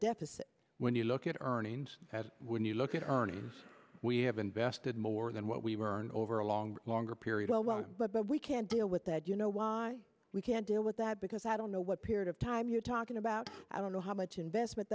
deficit when you look at earnings that when you look at earnings we have invested more than what we were in over a long longer period well well but we can't deal with that you know why we can't deal with that because i don't know what period of time you're talking about i don't know how much investment